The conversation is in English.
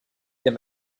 them